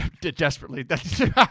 Desperately